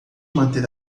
manter